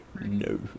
No